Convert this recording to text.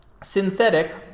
Synthetic